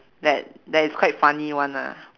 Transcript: that that is quite funny [one] lah